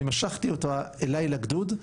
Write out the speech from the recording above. אני משכתי אותה אליי לגדוד,